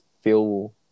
feel